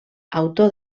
autor